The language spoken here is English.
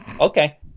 Okay